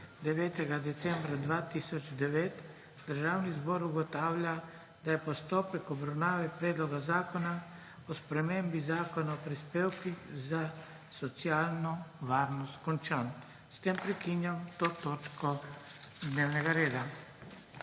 9. decembra 2009 Državni zbor ugotavlja, da je postopek obravnave Predloga zakona o spremembi Zakona o prispevkih za socialno varnost končan. S tem prekinjam to točko dnevnega reda.